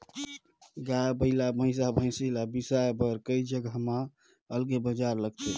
गाय, बइला, भइसा, भइसी ल बिसाए बर कइ जघा म अलगे बजार लगथे